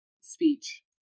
speech